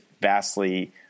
vastly